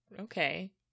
Okay